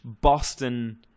Boston